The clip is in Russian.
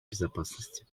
безопасности